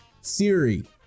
Siri